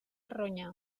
ronya